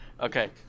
Okay